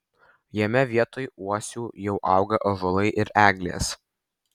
jame vietoj uosių jau auga ąžuolai ir eglės